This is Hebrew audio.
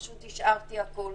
פשוט השארתי הכול,